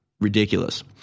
ridiculous